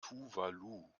tuvalu